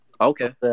Okay